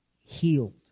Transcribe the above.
healed